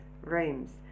rooms